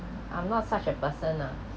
I'm not such a person lah